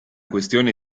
questione